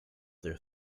their